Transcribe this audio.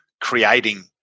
creating